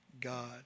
God